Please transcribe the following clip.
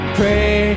pray